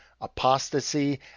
Apostasy